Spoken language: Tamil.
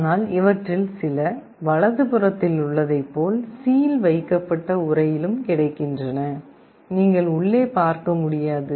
ஆனால் இவற்றில் சில வலதுபுறத்தில் உள்ளதைப் போல சீல் வைக்கப்பட்ட உறையிலும் கிடைக்கின்றன நீங்கள் உள்ளே பார்க்க முடியாது